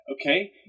Okay